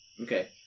Okay